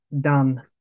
done